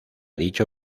dicho